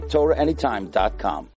TorahAnytime.com